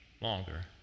longer